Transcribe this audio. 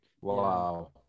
wow